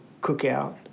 cookout